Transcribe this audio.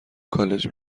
کالج